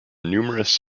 numerous